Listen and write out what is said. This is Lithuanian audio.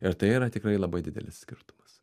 ir tai yra tikrai labai didelis skirtumas